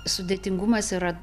sudėtingumas yra